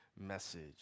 message